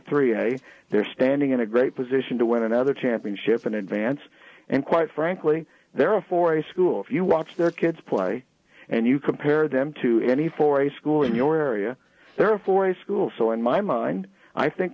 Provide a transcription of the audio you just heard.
three hey they're standing in a great position to win another championship in advance and quite frankly there are four school if you watch their kids play and you compare them to any for a school in your area there for a school so in my mind i think